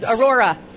Aurora